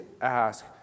ask